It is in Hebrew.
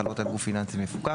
החלות על גוף פיננסי מפוקח,